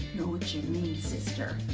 know what you mean, sister.